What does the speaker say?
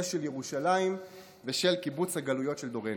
של ירושלים ושל קיבוץ הגלויות של דורנו.